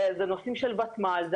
זה נושאים של ותמ"ל.